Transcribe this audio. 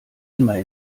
immer